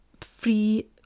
free